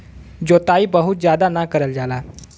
जोताई बहुत जादा ना करल जाला